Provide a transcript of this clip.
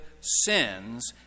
sins